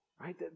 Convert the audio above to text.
right